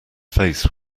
face